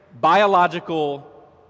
biological